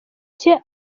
cye